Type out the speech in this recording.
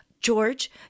George